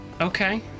okay